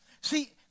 See